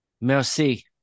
Merci